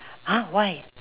!huh! why